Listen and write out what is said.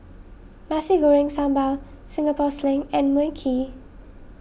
Nasi Goreng Sambal Singapore Sling and Mui Kee